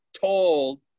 told